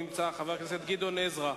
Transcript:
מצד אחד ביבי נתניהו,